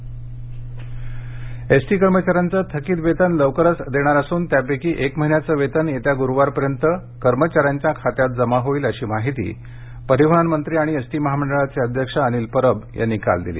ST ST कर्मचाऱ्यांचं थकित वेतन लवकरच देणार असून त्यापैकी एक महिन्याचं वेतन येत्या गुरुवारपर्यंत कर्मचाऱ्यांच्या खात्यात जमा होईल अशी माहिती परिवहन मंत्री आणि एसटी महामंडळाचे अध्यक्ष अनिल परब यांनी काल दिली